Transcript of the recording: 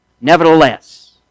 Nevertheless